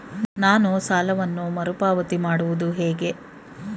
ನಾನು ಸಾಲವನ್ನು ಮರುಪಾವತಿ ಮಾಡುವುದು ಹೇಗೆ?